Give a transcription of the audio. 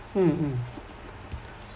mm mm